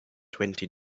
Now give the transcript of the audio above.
twenty